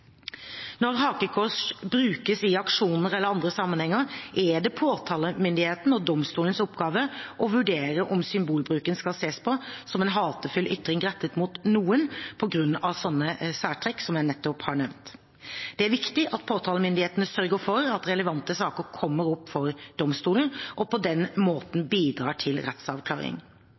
Når hakekors brukes i aksjoner eller andre sammenhenger, er det påtalemyndighetene og domstolenes oppgave å vurdere om symbolbruken skal ses på som en hatefull ytring rettet mot noen på grunn av slike særtrekk som jeg nettopp har nevnt. Det er viktig at påtalemyndigheten sørger for at relevante saker kommer opp for domstolene, og på den måten bidrar til rettsavklaring.